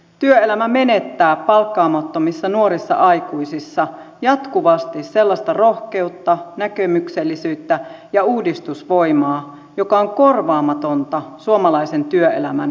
työelämä menettää palkkaamattomissa nuorissa aikuisissa jatkuvasti sellaista rohkeutta näkemyksellisyyttä ja uudistusvoimaa joka on korvaamatonta suomalaisen työelämän uudistamiseksi